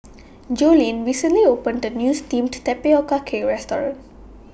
Joline recently opened A New Steamed Tapioca Cake Restaurant